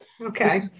Okay